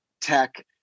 Tech